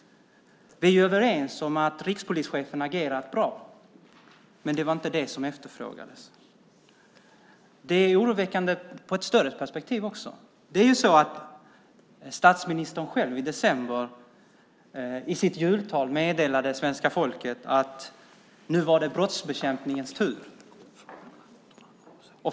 Vi är överens om att rikspolischefen har agerat på ett bra sätt, men det var inte det som efterfrågades. Det här är oroväckande också i ett vidare perspektiv. I sitt jultal i december meddelade statsministern själv svenska folket att det var brottsbekämpningens tur.